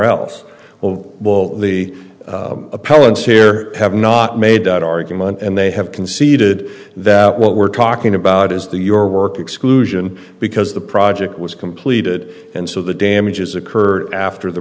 here have not made that argument and they have conceded that what we're talking about is the your work exclusion because the project was completed and so the damages occurred after the